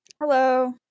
Hello